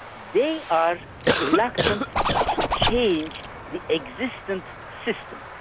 they are reluctant to change the existing system,